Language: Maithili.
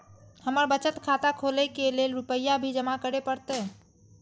हमर बचत खाता खोले के लेल रूपया भी जमा करे परते?